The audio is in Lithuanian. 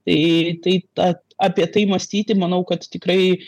tai tai ta apie tai mąstyti manau kad tikrai